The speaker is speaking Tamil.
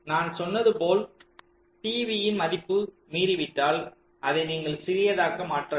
நான் சொன்னது போல் t v ன் மதிப்பு மீறிவிட்டால் அதை நீங்கள் சிறியதாக மாற்ற வேண்டும்